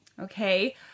okay